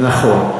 נכון.